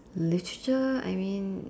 literature I mean